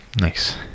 nice